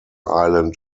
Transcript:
island